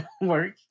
Work